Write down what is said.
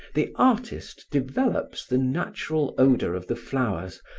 the artist develops the natural odor of the flowers,